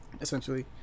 essentially